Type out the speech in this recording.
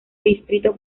distrito